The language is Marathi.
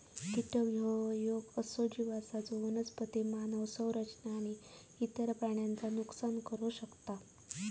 कीटक ह्यो येक असो जीव आसा जो वनस्पती, मानव संरचना आणि इतर प्राण्यांचा नुकसान करू शकता